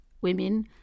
women